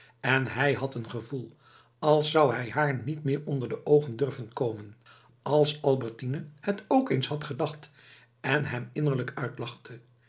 en hij had een gevoel als zou hij haar niet meer onder de oogen durven komen als albertine het ook eens had gedacht en hem innerlijk uitlachte